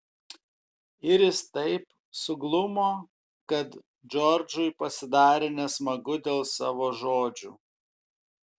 iris taip suglumo kad džordžui pasidarė nesmagu dėl savo žodžių